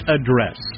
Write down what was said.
Address